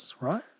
right